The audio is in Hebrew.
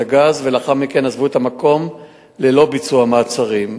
הגז ולאחר מכן עזבו את המקום ללא ביצוע מעצרים.